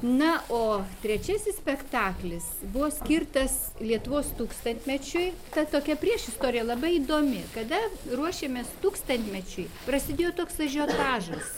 na o trečiasis spektaklis buvo skirtas lietuvos tūkstantmečiui ta tokia priešistorė labai įdomi kada ruošėmės tūkstantmečiui prasidėjo toks ažiotažas